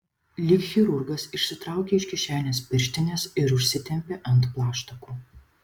lyg chirurgas išsitraukė iš kišenės pirštines ir užsitempė ant plaštakų